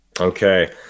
Okay